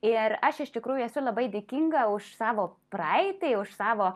ir aš iš tikrųjų esu labai dėkinga už savo praeitį už savo